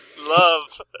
Love